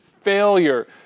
failure